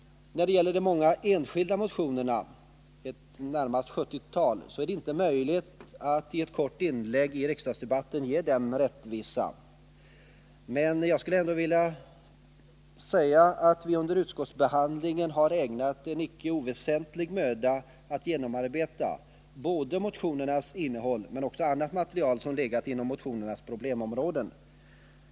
När det gäller de många enskilda motionerna, närmare ett sjuttiotal, är det inte möjligt att i ett kort inlägg i riksdagsdebatten ge dem rättvisa. Men jag skulle ändå vilja säga att vi under utskottsbehandlingen har ägnat en icke oväsentlig möda åt att genomarbeta både motionernas innehåll och det material som legat inom motionernas problemområden.